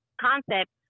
concept